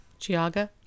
Giaga